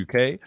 UK